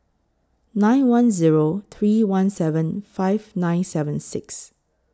nine one Zero three one seven five nine seven six